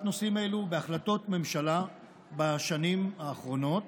נושאים אלו בהחלטות ממשלה בשנים האחרונות,